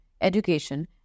education